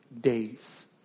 days